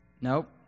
Nope